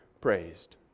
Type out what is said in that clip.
praised